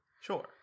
Sure